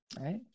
Right